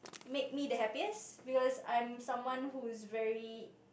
make me the happiest because I'm someone who is very